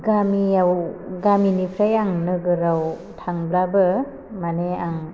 गामियाव गामिनिफ्राय आं नोगोराव थांब्लाबो मानि आं